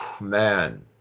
man